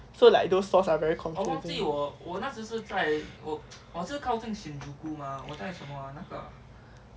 so like those stores are very confusing